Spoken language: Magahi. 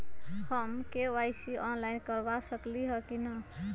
हम के.वाई.सी ऑनलाइन करवा सकली ह कि न?